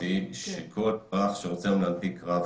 אז יש לנו פה גם את ההיבט של רישיונות הנהיגה וגם את ההיבט של מאגר